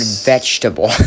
vegetable